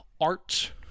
art